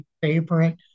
favorite